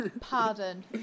Pardon